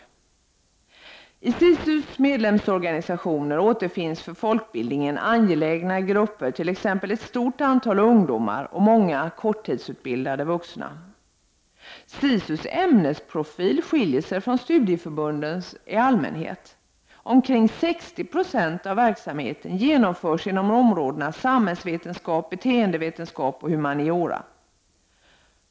I SISU:s medlemsorganisationer återfinns för folkbildningen angelägna grupper, t.ex. ett stort antal ungdomar och många korttidsutbildade vuxna. SISU:s ämnesprofil skiljer sig från studieförbundens i allmänhet. Omkring 60 20 av verksamheten genomförs inom områdena samhällsvetenskap, beteendevetenskap och humaniora.